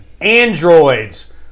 androids